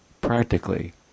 practically